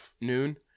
noon